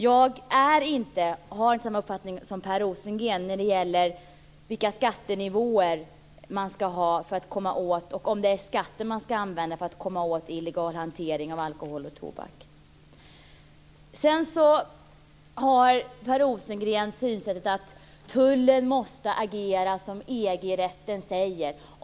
Jag är inte av samma uppfattning som Per Rosengren när det gäller om det är skatter man ska använda för att komma åt den illegala hanteringen av alkohol och tobak och - i så fall - vilka nivåer de ska ligga på. Per Rosengren har synsättet att tullen måste agera som EG-rätten säger.